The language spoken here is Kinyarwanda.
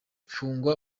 mfungwa